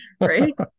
Right